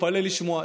תתפלא לשמוע.